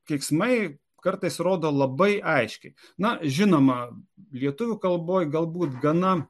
keiksmai kartais rodo labai aiškiai na žinoma lietuvių kalboj galbūt gana